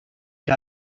que